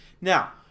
Now